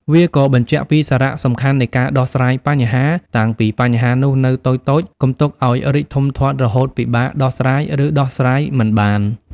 វាក៏បញ្ជាក់ពីសារៈសំខាន់នៃការដោះស្រាយបញ្ហា តាំងពីបញ្ហានោះនៅតូចៗ កុំទុកឱ្យរីកធំធាត់រហូតពិបាកដោះស្រាយ ឬដោះស្រាយមិនបាន។